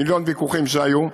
מיליון ויכוחים שהיו: